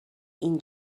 این